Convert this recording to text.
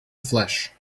flesh